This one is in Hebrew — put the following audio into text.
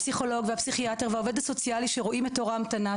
הפסיכולוג והפסיכיאטר שרואים את תור ההמתנה,